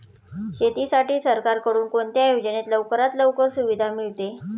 शेतीसाठी सरकारकडून कोणत्या योजनेत लवकरात लवकर सुविधा मिळते?